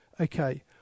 okay